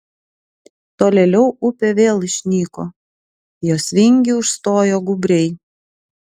tolėliau upė vėl išnyko jos vingį užstojo gūbriai